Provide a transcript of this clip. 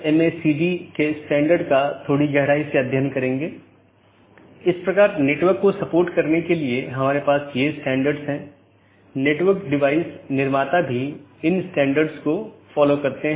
इसके बजाय हम जो कह रहे हैं वह ऑटॉनमस सिस्टमों के बीच संचार स्थापित करने के लिए IGP के साथ समन्वय या सहयोग करता है